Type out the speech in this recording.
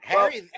Harry